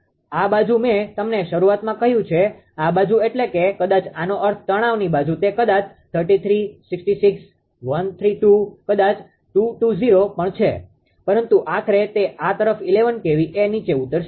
અને આ બાજુ મેં તમને શરૂઆતમાં કહ્યું છે આ બાજુ એટલે કે કદાચ આનો અર્થ તણાવની બાજુ તે કદાચ 33 કદાચ 66 કદાચ 132 કદાચ 220 પણ છે પરંતુ આખરે તે આ તરફ 11 kV એ નીચે ઉતરશે